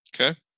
Okay